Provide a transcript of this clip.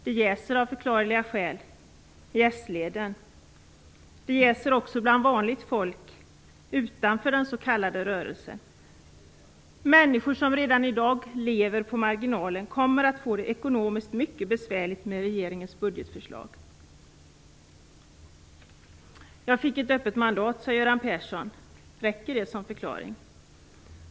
Det jäser av förklarliga skäl i sleden. Det jäser också bland vanligt folk utanför den s.k. rörelsen. Människor som redan i dag lever på marginalen kommer att få det mycket besvärligt med regeringens budgetförslag. Jag fick ett öppet mandat, sade Göran Persson. Räcker det som förklaring?